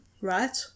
right